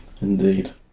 Indeed